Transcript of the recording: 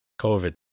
COVID